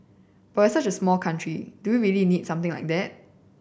but we're such a small country do we really need something like that